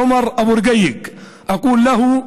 עומר אבו רקייק (אומר דברים בערבית: אני אומר לו: